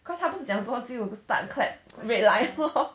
cause 他不是讲说只有 start clap red light lor